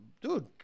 Dude